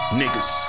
niggas